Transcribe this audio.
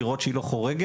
לראות שהיא לא חורגת,